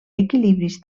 equilibris